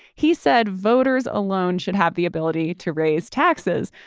he said voters alone should have the ability to raise taxes.